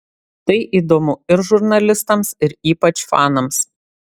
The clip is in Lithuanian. tai įdomu ir žurnalistams ir ypač fanams